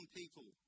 people